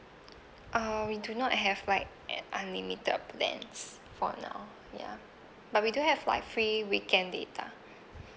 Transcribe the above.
uh we do not have like unlimited plans for now ya but we do have like free weekend data